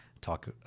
talk